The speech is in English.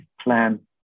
plan